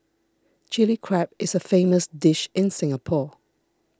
Chilli Crab is a famous dish in Singapore